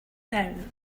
down